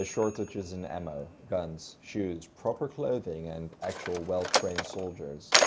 ah shortages in ammo, guns, shoes, proper clothing and actual well-trained soldiers,